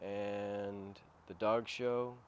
and the dog show